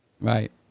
Right